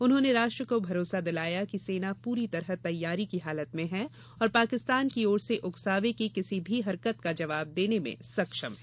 उन्होंने राष्ट्र को भरोसा दिलाया कि सेना पूरी तरह तैयारी की हालत में है और पाकिस्तान की ओर से उकसावे की किसी भी हरकत का जवाब देने में सक्षम है